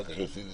המוסמך.